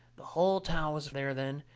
the hull town was there then,